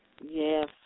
Yes